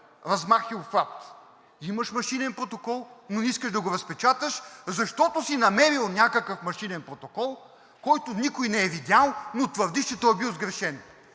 размах и обхват. Имаш машинен протокол, но не искаш да го разпечаташ, защото си намерил някакъв машинен протокол, който никой не е видял, но твърдиш, че той е бил сгрешен.